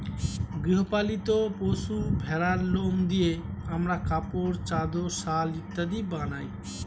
গৃহ পালিত পশু ভেড়ার লোম দিয়ে আমরা কাপড়, চাদর, শাল ইত্যাদি বানাই